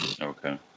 Okay